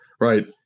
Right